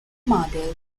mother